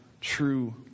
true